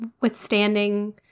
withstanding